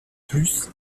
plus